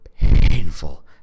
painful